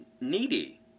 needy